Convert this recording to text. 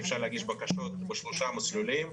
אפשר להגיש בקשות בשלושה מסלולים.